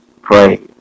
Pray